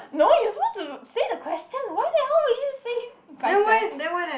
no you suppose to say the question why the hell will you to say gai-gai